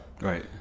right